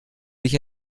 dich